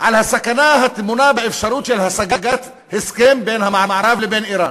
הסכנה הטמונה באפשרות להשגת הסכם בין המערב לבין איראן.